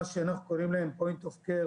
מה שאנחנו קוראים פוינט אוף קר,